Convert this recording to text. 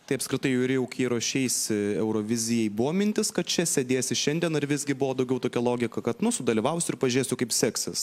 tai apskritai jurijau kai ruošeisi eurovizijai buvo mintis kad čia sėdėsi šiandien ar visgi buvo daugiau tokia logika kad nu sudalyvausiu ir pažiūrėsiu kaip seksis